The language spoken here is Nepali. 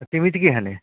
तिमी चाहिँ के खाने